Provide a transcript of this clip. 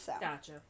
Gotcha